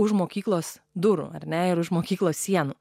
už mokyklos durų ar net už mokyklos sienų